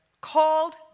called